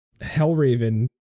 Hellraven